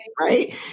right